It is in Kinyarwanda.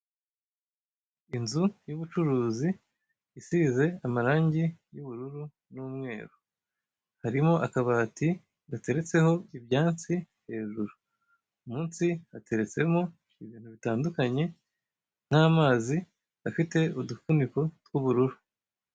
Inzu y'ubucuruzi isize amarange y'ubururu n'umweru, hariho akabati gateretseho ibyansi hejuru. Munsi hateretse ibintu bitandukanye nk'amazi afite udufuniko tw'ubururu.